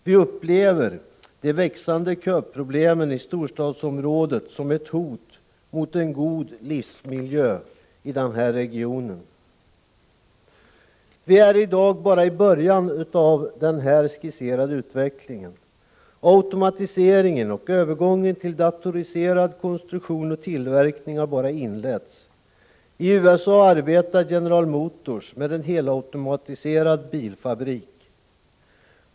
Vi upplever de växande köproblemen i storstadsområdet som ett hot mot en god livsmiljö här i regionen. Vi är i dag bara i början av den här skisserade utvecklingen. Automatiseringen och övergången till datoriserad konstruktion och tillverkning har bara inletts. I USA arbetar General Motors med en helautomatiserad bilfabrik.